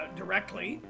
directly